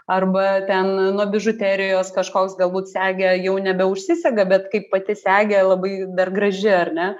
arba ten nuo bižuterijos kažkoks galbūt segė jau nebeužsisega bet kaip pati segė labai dar graži ar ne